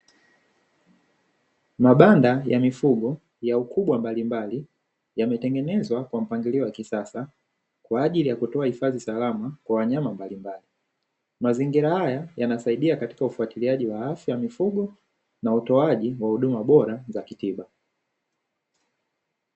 Mabanda ya mifugo ya ukubwa mbalimbali yametengenezwa kwa mpangilio wa kisasa kwaajili ya kutoa hifadhi salama kwa wanyama mbalimbali. Mazingira haya yanasaidia katika ufuatiliaji wa afya ya mifugo utoaji wa huduma bora za kitiba.